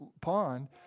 pond